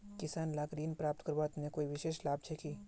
किसान लाक ऋण प्राप्त करवार तने कोई विशेष लाभ छे कि?